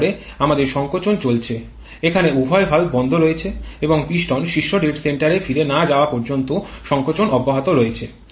তারপরে আমাদের সংকোচন চলছে এখানে উভয় ভালভ বন্ধ রয়েছে এবং পিস্টন শীর্ষ ডেড সেন্টারে ফিরে না যাওয়া পর্যন্ত সংকোচন অব্যাহত রয়েছে